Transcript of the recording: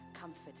comfort